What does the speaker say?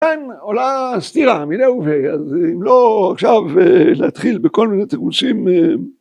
‫כן, עולה סתירה, מיניהו ו... ‫אז אם לא עכשיו להתחיל ‫בכל מיני תירוצים...